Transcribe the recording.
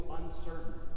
uncertain